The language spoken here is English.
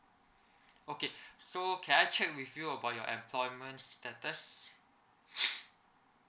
okay so can I check with you about your employment status